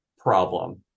problem